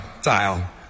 style